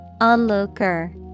Onlooker